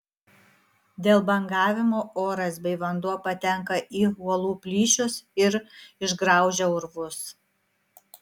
dėl bangavimo oras bei vanduo patenka į uolų plyšius ir išgraužia urvus